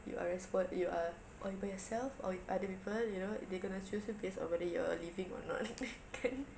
you are respon~ you are all by yourself or with other people you know they're going to choose you based on whether you are living or not kan